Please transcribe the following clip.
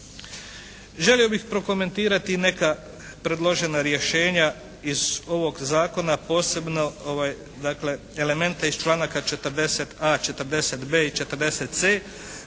Želio bih prokomentirati i neka predložena rješenja iz ovog zakona, posebno dakle elemente iz članaka 40.a, 40.b i 40.c